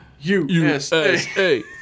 USA